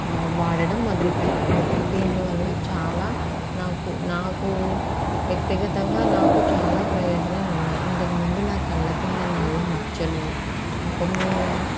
వాడడం మొదలు పెట్టండి దీనివల్ల చాలా నాకు నాకు వ్యక్తిగతంగా నాకు చాలా ప్రయోజనాలున్నాయి ఇంతకుముందు నాకళ్ళ కింద నల్ల మచ్చలు ముఖం మీద